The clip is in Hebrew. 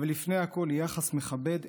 אבל לפני הכול היא יחס מכבד,